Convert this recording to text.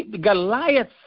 Goliath